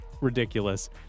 ridiculous